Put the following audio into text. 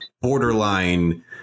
borderline